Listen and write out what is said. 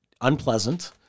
unpleasant